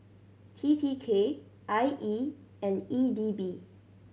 T T K I E and E D B